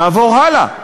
נעבור הלאה,